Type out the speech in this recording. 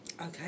Okay